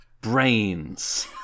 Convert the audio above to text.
Brains